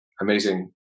amazing